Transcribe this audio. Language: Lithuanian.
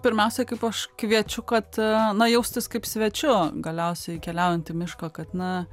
pirmiausia kaip aš kviečiu kad na jaustis kaip svečiu galiausiai keliaujant į mišką kad na